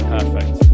Perfect